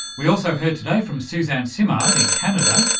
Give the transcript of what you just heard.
we also heard today from suzanne simard in canada,